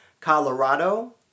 Colorado